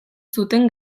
zuten